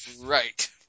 Right